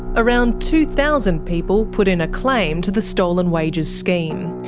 around two thousand people put in a claim to the stolen wages scheme.